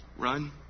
Run